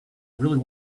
really